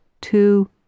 two